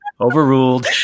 Overruled